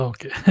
Okay